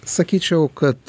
sakyčiau kad